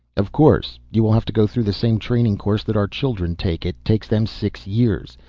of course. you will have to go through the same training course that our children take. it takes them six years.